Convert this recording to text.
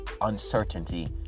uncertainty